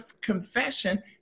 confession